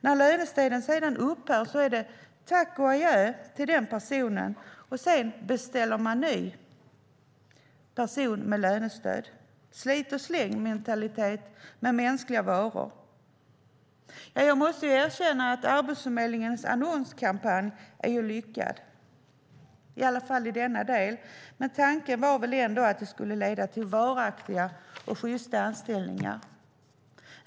När lönestöden sedan upphör är det tack och adjö till den personen, och sedan beställer man en ny person med lönestöd. Det är slit och släng med mänskliga varor. Jag måste erkänna att Arbetsförmedlingens annonskampanj är lyckad, i alla fall i denna del. Men tanken var väl ändå att det skulle leda till varaktiga och sjysta anställningar.